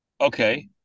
Okay